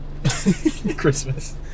Christmas